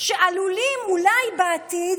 ועלולים אולי בעתיד